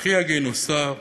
אחיה גינוסר,